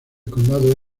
condado